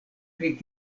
pri